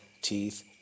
teeth